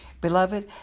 Beloved